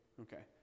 okay